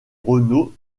renaud